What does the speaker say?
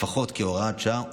לפחות כהוראת שעה,